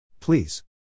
Please